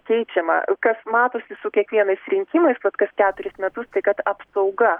keičiama kas matosi su kiekvienais rinkimais vat kas keturis metus tai kad apsauga